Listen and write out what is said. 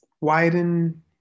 Widen